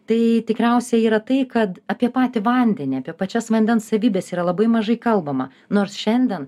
tai tikriausiai yra tai kad apie patį vandenį apie pačias vandens savybes yra labai mažai kalbama nors šiandien